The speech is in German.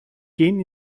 gehen